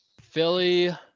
Philly